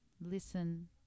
listen